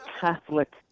Catholic